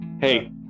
Hey